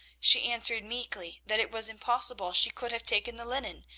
she answered meekly that it was impossible she could have taken the linen,